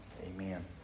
Amen